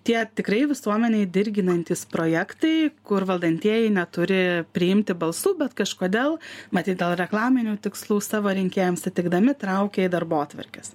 tie tikrai visuomenei dirginantys projektai kur valdantieji neturi priimti balsų bet kažkodėl matyt dėl reklaminių tikslų savo rinkėjams sutikdami traukė į darbotvarkes